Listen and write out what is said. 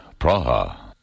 Praha